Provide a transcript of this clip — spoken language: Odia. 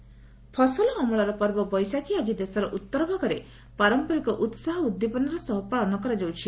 ବୈଶାଖୀ ଫସଲ ଅମଳର ପର୍ବ ବୈଶାଖୀ ଆଜି ଦେଶର ଉତ୍ତରଭାଗରେ ପାରମ୍ପରିକ ଉତ୍ସାହ ଉଦ୍ଦୀପନାର ସହ ପାଳନ କରାଯାଉଛି